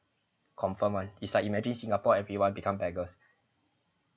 confirm [one] is like imagine singapore everyone become beggars